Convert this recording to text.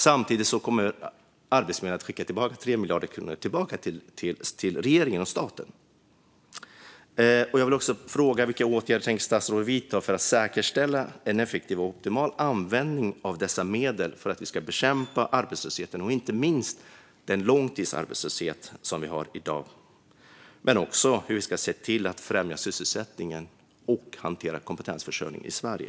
Samtidigt kommer Arbetsförmedlingen att skicka tillbaka 3 miljarder kronor till regeringen och staten. Jag vill också fråga vilka åtgärder statsrådet tänker vidta för att säkerställa en effektiv och optimal användning av dessa medel för att bekämpa arbetslösheten, inte minst den långtidsarbetslöshet vi har i dag, samt hur vi ska främja sysselsättningen och hantera kompetensförsörjningen i Sverige.